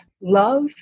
love